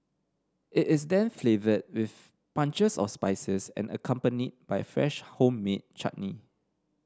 it is then flavoured with punches of spices and accompanied by a fresh homemade chutney